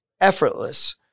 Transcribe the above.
effortless